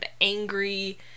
angry